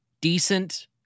decent